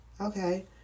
Okay